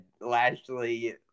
Lashley